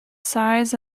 size